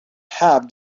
have